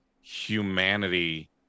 humanity